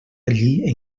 allí